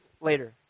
later